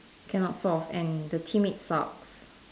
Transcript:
cannot solve and the teammate sucks